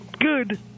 good